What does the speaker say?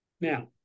Now